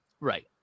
Right